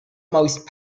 most